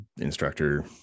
instructor